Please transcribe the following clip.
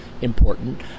important